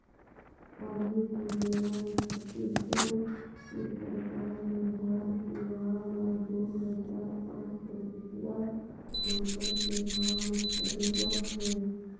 अभी के बेरा मे छत्तीसगढ़ के सरकार हर धान के भाव ल दू हजार पाँच सौ रूपिया कोंटल के भाव मे खरीदत हे